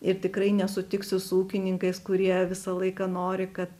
ir tikrai nesutiksiu su ūkininkais kurie visą laiką nori kad